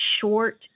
short